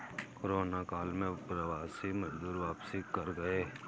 corona काल में प्रवासी मजदूर वापसी कर गए